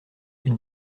une